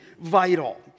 vital